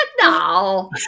No